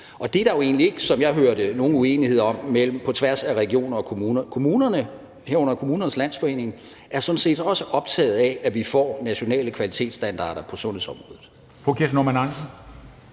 Og det er der jo egentlig ikke, som jeg hører det, nogen uenighed om på tværs af regioner og kommuner. Kommunerne, herunder Kommunernes Landsforening, er jo også optaget af, at vi får nationale kvalitetsstandarder på sundhedsområdet.